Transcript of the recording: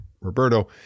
roberto